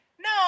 No